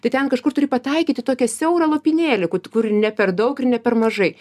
tai ten kažkur turi pataikyti į tokią siaurą lopinėlį kut kur ne per daug ir ne per mažai